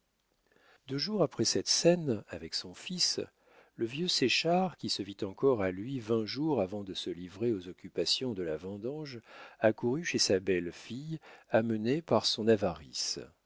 deux jours après cette scène avec son fils le vieux séchard qui se vit encore à lui vingt jours avant de se livrer aux occupations de la vendange accourut chez sa belle-fille amené par son avarice